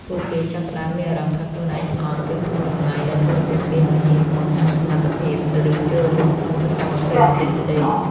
ពួកគេចាប់ផ្ដើម មានអារម្មណ៍ថាខ្លួនឯងអន់ ឬគ្មានតម្លៃ ដែលធ្វើឲ្យពួកគេមិនហ៊ានបង្ហាញសមត្ថភាព ឬចូលរួមក្នុងសកម្មភាពផ្សេងៗ។